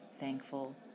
Thankful